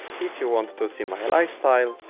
if you want to see my lifestyle,